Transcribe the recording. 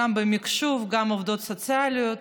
גם במחשוב, גם עובדות סוציאליות,